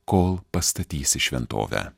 kol pastatysi šventovę